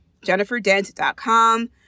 jenniferdent.com